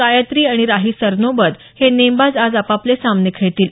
गायत्री आणि राही सरनोबत हे नेमबाज आज आपापले सामने खेळतील